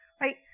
right